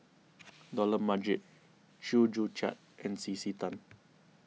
Dollah Majid Chew Joo Chiat and C C Tan